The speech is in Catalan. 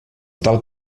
tal